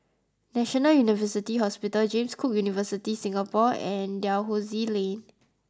National University Hospital James Cook University Singapore and Dalhousie Lane